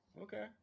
Okay